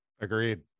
Agreed